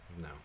No